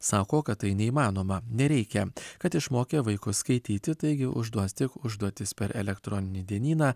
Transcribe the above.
sako kad tai neįmanoma nereikia kad išmokė vaikus skaityti taigi užduos tik užduotis per elektroninį dienyną